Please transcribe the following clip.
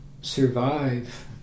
survive